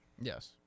Yes